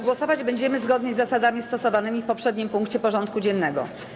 Głosować będziemy zgodnie z zasadami stosowanymi w poprzednim punkcie porządku dziennego.